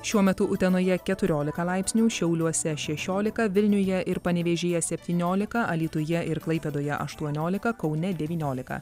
šiuo metu utenoje keturiolika laipsnių šiauliuose šešiolika vilniuje ir panevėžyje septyniolika alytuje ir klaipėdoje aštuoniolika kaune devyniolika